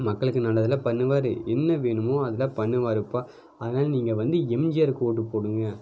மக்களுக்கு நல்லதெல்லாம் பண்ணுவார் என்ன வேணுமோ அதெல்லாம் பண்ணுவாருப்பா அதனால நீங்கள் வந்து எம்ஜிஆருக்கு ஓட்டுப் போடுங்கள்